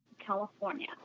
California